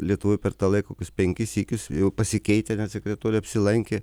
lietuvoj per tą laiką kokius penkis sykius jau pasikeitę net sekretoriai apsilankė